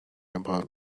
about